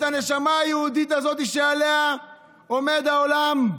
את הנשמה היהודית הזאת שעליה עומד העולם,